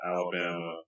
Alabama